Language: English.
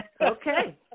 okay